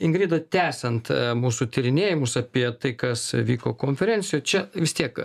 ingrida tęsiant mūsų tyrinėjimus apie tai kas vyko konferencijoj čia vis tiek